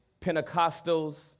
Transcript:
Pentecostals